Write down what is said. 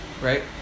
Right